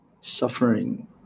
suffering